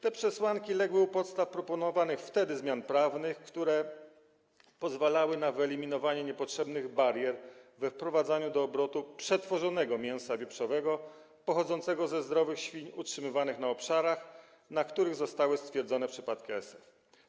Te przesłanki legły u podstaw proponowanych wtedy zmian prawnych, które pozwalały na wyeliminowanie niepotrzebnych barier we wprowadzaniu do obrotu przetworzonego mięsa wieprzowego pochodzącego ze zdrowych świń utrzymywanych na obszarach, na których zostały stwierdzone przypadki ASF.